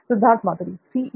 सिद्धार्थ मातुरी सही